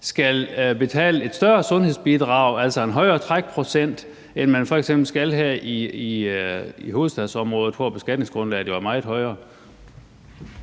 skal betale et større sundhedsbidrag, altså en højere trækprocent, end man f.eks. skal her i hovedstadsområdet, hvor beskatningsgrundlaget jo er meget højere.